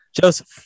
Joseph